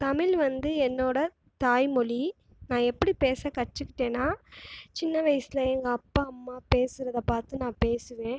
தமிழ் வந்து என்னோடய தாய்மொழி நான் எப்படி பேச கற்றுக்கிட்டேனா சின்ன வயதில் எங்கள் அப்பா அம்மா பேசுகிறத பார்த்து நான் பேசுவேன்